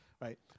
right